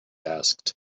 asked